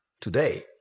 today